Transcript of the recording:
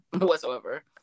whatsoever